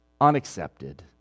unaccepted